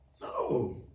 No